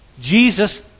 Jesus